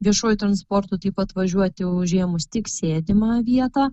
viešuoju transportu taip pat važiuoti užėmus tik sėdimą vietą